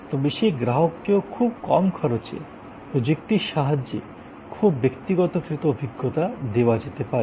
তবে সেই গ্রাহককেও খুব কম খরচে প্রযুক্তির সাহায্যে খুব ব্যক্তিগতকৃত অভিজ্ঞতা দেওয়া যেতে পারে